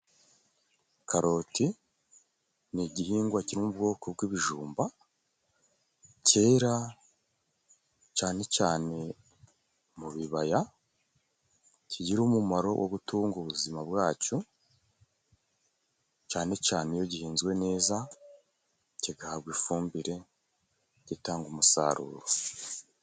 Karoti ni igihingwa kiri mu ubwoko bw'ibijumba, kera cyane cyane mu bibaya, kigira umumaro wo gutunga ubuzima bwacu, cyane cyane iyo gihinzwe neza kigahabwa ifumbire, gitanga umusaruro.